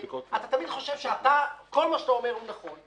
אתה תמיד חושב שכל מה שאתה אומר הוא נכון.